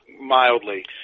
mildly